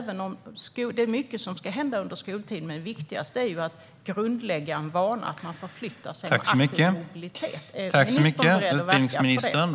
Det är mycket som ska hända under skoltid, men det viktigaste är att grundlägga en vana att man förflyttar sig genom aktiv mobilitet. Är ministern beredd att verka för det?